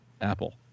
Apple